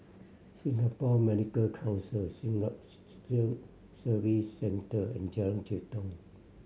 Singapore Medical Council Citizen Service Centre and Jalan Jitong